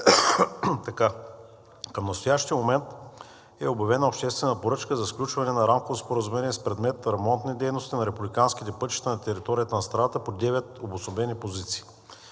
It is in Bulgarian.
Към настоящия момент е обявена обществена поръчка за сключване на рамково споразумение с предмет „Ремонтни дейности на републиканските пътища на територията на страната“ по девет обособени позиции.